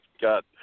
got